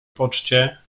poczcie